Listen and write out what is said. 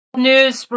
News